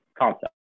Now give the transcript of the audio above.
concept